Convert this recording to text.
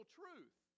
truth